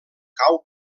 cau